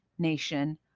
Nation